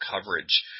coverage